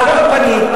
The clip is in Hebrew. על כל פנים,